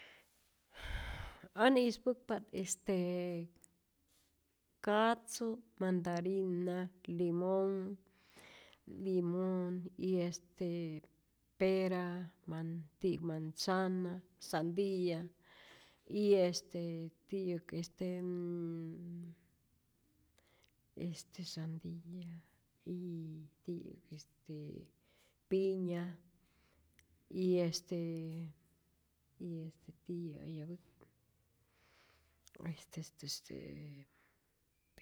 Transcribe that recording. Än ispäkpa't este katzu, mandarinas, limonh, limon, y este pera, man ti' manzana, sandilla, y este ti'yäk este n n este sandilla y ti'yäk este piña y este y este tiyä eyapäke' este este este.